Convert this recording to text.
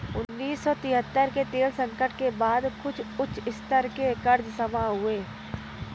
उन्नीस सौ तिहत्तर के तेल संकट के बाद कुछ उच्च स्तर के कर्ज जमा हुए